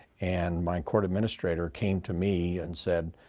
and my court administrator came to me and said,